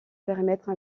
périmètre